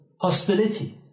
hostility